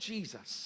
Jesus